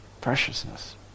preciousness